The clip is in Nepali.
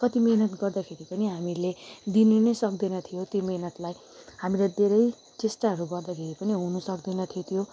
कति मिहिनेत गर्दाखेरि पनि हामीहरूले दिनु नै सक्दैनथ्यो त्यो मिहिनेतलाई हामीले धेरै चेष्टाहरू गर्दाखेरि पनि हुनु सक्दैनथ्यो त्यो